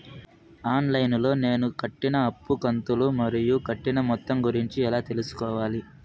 On line లో నేను కట్టిన అప్పు కంతులు మరియు కట్టిన మొత్తం గురించి ఎలా తెలుసుకోవాలి?